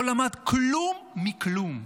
לא למד כלום מכלום.